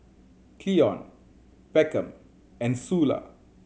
Cleon Beckham and Sula